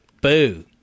boo